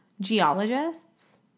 Geologists